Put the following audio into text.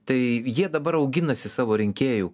tai jie dabar auginasi savo rinkėjų